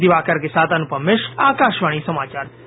दिवाकर के साथ अनुपम मिश्र आकाशवाणी समाचार दिल्ली